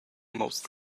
most